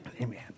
Amen